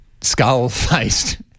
skull-faced